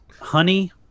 honey